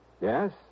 Yes